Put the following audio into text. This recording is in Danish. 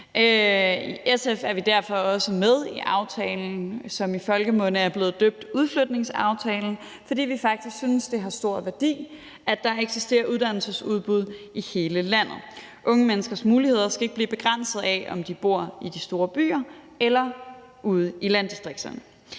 I SF er vi derfor også med i aftalen, som i folkemunde er blevet døbt udflytningsaftalen, fordi vi faktisk synes, det har stor værdi, at der eksisterer uddannelsesudbud i hele landet. Unge menneskers muligheder skal ikke være afhængige af, hvorvidt de bor i de store byer eller ude i landdistrikterne.